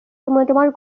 তোমাৰ